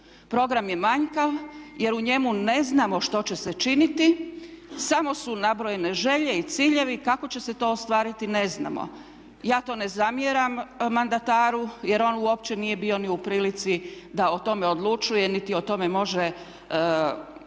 Program je manjkav jer u njemu ne znamo što će se činiti. Samo su nabrojene želje i ciljevi kako će se to ostvariti ne znamo. Ja to ne zamjeram mandataru jer on uopće nije bio ni u prilici da o tome odlučuje, niti o tome može